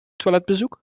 toiletbezoek